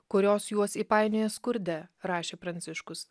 kurios juos įpainioja skurde rašė pranciškus